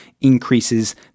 increases